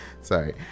sorry